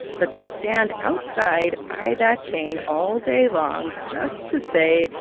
but to stand outside by that chain all day long just to say,